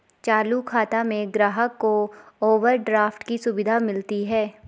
चालू खाता में ग्राहक को ओवरड्राफ्ट की सुविधा मिलती है